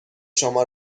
شما